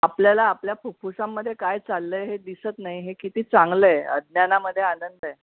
आपल्याला आपल्या फुफ्फुसांमध्ये काय चाललं आहे हे दिसत नाही हे किती चांगलं आहे अज्ञानामध्ये आनंद आहे